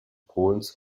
polens